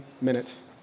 minutes